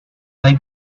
hay